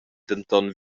denton